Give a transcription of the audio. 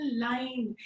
line